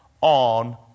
on